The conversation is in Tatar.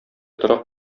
торак